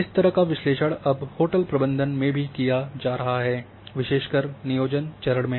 इस तरह का विश्लेषण अब होटल प्रबंधन में भी किया जा रहा है विशेषकर नियोजन चरण में